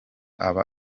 aba